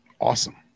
Awesome